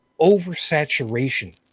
oversaturation